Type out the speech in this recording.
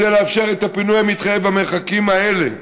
כדי לאפשר את הפינוי המתחייב במרחקים האלה.